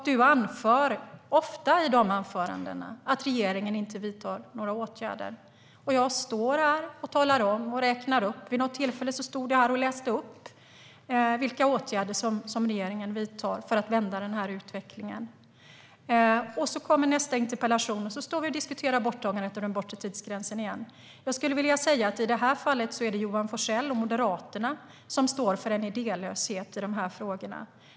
Du anför då ofta att regeringen inte vidtar några åtgärder, och vid något tillfälle har jag stått här och läst upp vilka åtgärder regeringen vidtar för att vända utvecklingen. Sedan kommer nästa interpellation och då står vi och diskuterar borttagandet av den bortre tidsgränsen igen. Jag skulle vilja säga att i de här frågorna är det Johan Forssell och Moderaterna som står för en idélöshet.